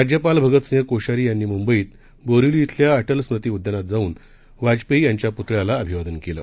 राज्यपालभगतसिंहकोश्यारीयांनीमुंबईतबोरीवलीइथल्याअटलस्मृतीउद्यानातजाऊनवाजपेयी यांच्यापुतळ्यालाअभिवादनकेलं